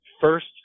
first